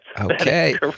Okay